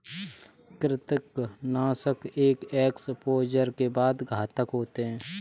कृंतकनाशक एक एक्सपोजर के बाद घातक होते हैं